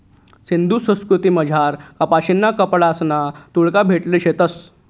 सिंधू संस्कृतीमझार कपाशीना कपडासना तुकडा भेटेल शेतंस